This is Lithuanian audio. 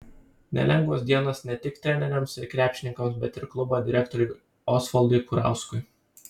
nelengvos dienos ne tik treneriams ir krepšininkams bet ir klubo direktoriui osvaldui kurauskui